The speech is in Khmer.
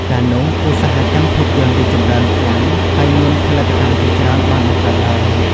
កាលនោះ ឧស្សាហកម្មភាពយន្តរីកចម្រើនខ្លាំង ហើយមានផលិតកម្មជាច្រើនបានបង្កើតឡើង។